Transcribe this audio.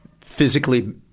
physically